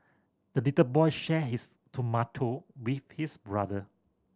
the little boy shared his tomato with his brother